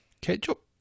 ketchup